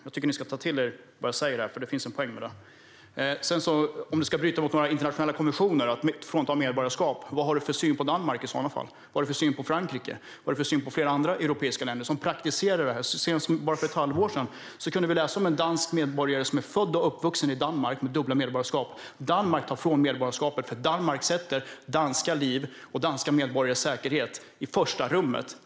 Jag tycker att ni ska ta till er vad jag säger här, för det finns en poäng med det. När det handlar om att bryta mot internationella konventioner när man fråntar någon medborgarskap undrar jag vad Sultan Kayhan har för syn på Danmark? Vad har du för syn på Frankrike? Vad har du för syn på flera andra europeiska länder som praktiserar det här? Så sent som för bara ett halvår sedan kunde vi läsa om en dansk medborgare som är född och uppvuxen i Danmark, med dubbelt medborgarskap. Danmark tar ifrån personen medborgarskapet, för Danmark sätter danska liv och danska medborgares säkerhet i första rummet.